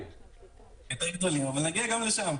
וגם אם לצ'ק יש מועד פירעון לעכשיו,